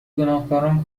گناهکاران